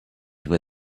where